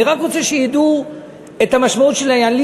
אני רק רוצה שידעו את המשמעות של העניין,